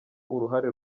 uruhare